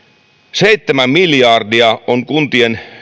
seitsemän miljardia oli kuntien